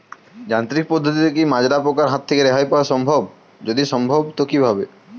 যান্ত্রিক পদ্ধতিতে কী মাজরা পোকার হাত থেকে রেহাই পাওয়া সম্ভব যদি সম্ভব তো কী ভাবে?